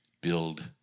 Build